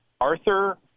Arthur